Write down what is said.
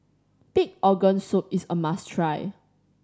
pig organ soup is a must try